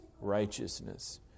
righteousness